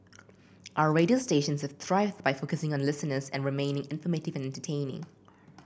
our radio stations have thrived by focusing on listeners and remaining informative and entertaining